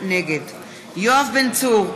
נגד יואב בן צור,